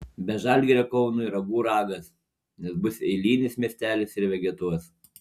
be žalgirio kaunui ragų ragas nes bus eilinis miestelis ir vegetuos